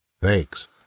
Thanks